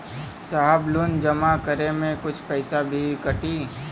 साहब लोन जमा करें में कुछ पैसा भी कटी?